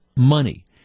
Money